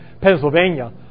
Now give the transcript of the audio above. Pennsylvania